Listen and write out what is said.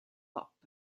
hop